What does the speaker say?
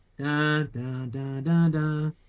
da-da-da-da-da